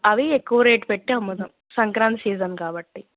అవి ఎక్కువ రేట్ పెట్టి అమ్ముదాము సంక్రాంతి సీజన్ కాబట్టి